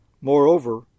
Moreover